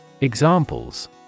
Examples